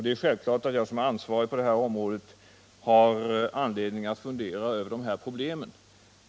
Det är självfallet att jag som ansvarig på detta område har anledning att fundera över dessa problem.